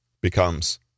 Becomes